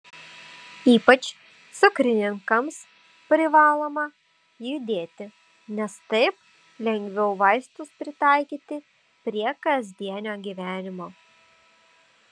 ypač cukrininkams privaloma judėti nes taip lengviau vaistus pritaikyti prie kasdienio gyvenimo